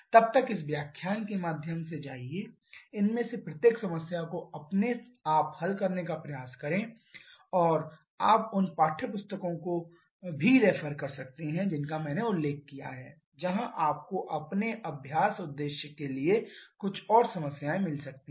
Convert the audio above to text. तब तक इस व्याख्यान के माध्यम से जाइए इनमें से प्रत्येक समस्या को अपने आप हल करने का प्रयास करें और आप उन पाठ्यपुस्तकों को भी रेफर कर सकते हैं जिनका मैंने उल्लेख किया है जहां आपको अपने अभ्यास उद्देश्य के लिए कुछ और समस्याएं मिल सकती हैं